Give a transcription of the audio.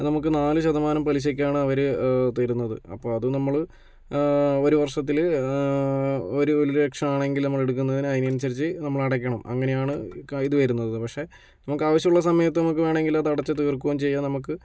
അത് നമുക്ക് നാല് ശതമാനം പലിശക്കാണ് അവർ തരുന്നത് അപ്പോൾ അത് നമ്മൾ ഒരു വർഷത്തിൽ ഒരു ലക്ഷം ആണെങ്കിൽ നമ്മൾ എടുക്കുന്നതിന് അതിനനുസരിച്ച് നമ്മൾ അടയ്ക്കണം അങ്ങനെയാണ് കയ് ഇതു വരുന്നത് പക്ഷേ നമുക്കാവശ്യമുള്ള സമയത്ത് നമുക്ക് വേണമെങ്കിൽ അത് അടച്ചു തീർക്കുകയും ചെയ്യാം നമുക്ക്